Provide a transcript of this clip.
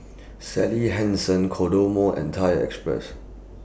Sally Hansen Kodomo and Thai Express